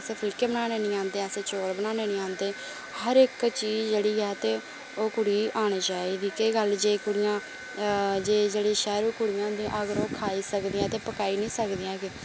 असें गी फुल्के बनाना नी आंदे असें ई चौल बनाना नेईं औंदे हर इक चीज जेहड़ी ऐ ते ओह् कुड़ी गी आनी चाहिदी केह् गल्ल जे कुडि़यां जे जेहडे़ं शैहरु कुडि़यां होंदिया अगर ओह् खाई सकदियां ते पकाई नी सकदियां केह्